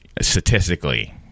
statistically